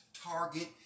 Target